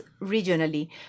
regionally